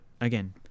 again